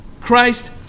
Christ